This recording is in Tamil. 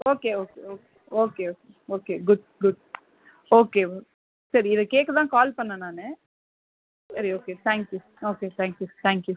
okay okay okay okay okay okay good good okay okay சரி இதை கேட்க தான் கால் பண்ணேன் நானு சரி okay thank you okay thank you thank you